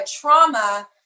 trauma